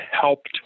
helped